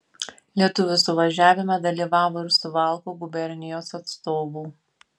lietuvių suvažiavime dalyvavo ir suvalkų gubernijos atstovų